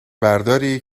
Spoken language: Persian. برداری